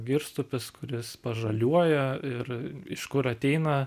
girstupis kuris pažaliuoja ir iš kur ateina